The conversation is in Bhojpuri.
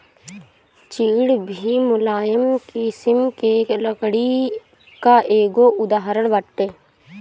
चीड़ भी मुलायम किसिम के लकड़ी कअ एगो उदाहरण बाटे